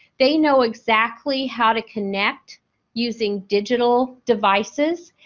they know exactly how to connect using digital devices.